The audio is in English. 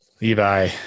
Levi